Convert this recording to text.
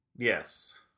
yes